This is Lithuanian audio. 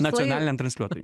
nacionaliniam transliuotojui